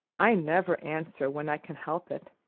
i never answer when i can help it.